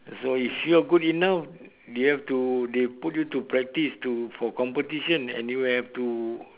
so if you are good enough they have to they put you to practise to for competition and you have to